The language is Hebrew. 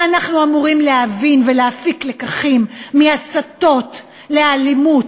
ואנחנו אמורים להבין ולהפיק לקחים מהסתות לאלימות,